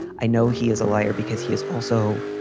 i know he is a liar because he is also